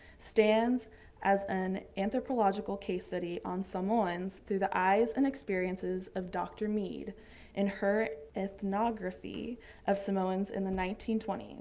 stands as an anthropological case study on samoans through the eyes and experiences of dr. mead and her ethnography of samoans in the nineteen twenty